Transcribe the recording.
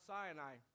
Sinai